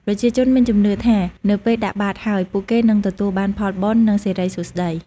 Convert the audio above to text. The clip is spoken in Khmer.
ប្រជាជនមានជំនឿថានៅពេលដាក់បាតហើយ ពួកគេនឹងទទួលបានផលបុណ្យ និងសិរីសួស្ដី។